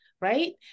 right